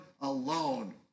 alone